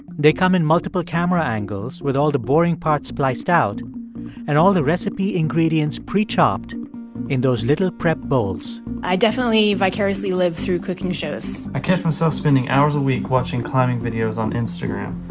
they come in multiple camera angles with all the boring parts spliced out and all the recipe ingredients pre-chopped in those little prep bowls i definitely vicariously live through cooking shows i catch myself spending hours a week watching climbing videos on instagram.